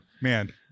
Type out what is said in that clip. man